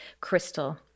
crystal